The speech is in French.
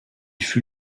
fut